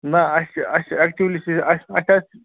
نَہ اَسہِ اَسہِ اٮ۪کچُلی چھُ اَسہِ اَتٮ۪تھ